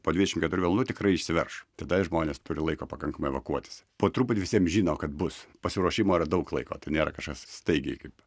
po dvidešim keturių valandų tikrai išsiverš tada žmonės turi laiko pakankamai evakuotis po truputį visiem žino kad bus pasiruošimo yra daug laiko tai nėra kažkas staigiai kaip